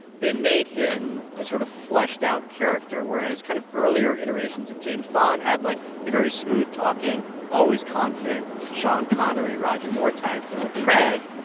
they made him a sort of fleshed-out character, whereas kind of earlier iterations of james bond had, like, the very smooth-talking, always confident sean connery, roger moore types. and with craig,